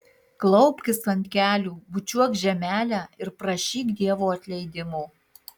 klaupkis ant kelių bučiuok žemelę ir prašyk dievo atleidimo